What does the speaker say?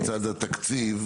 לצד התקציב,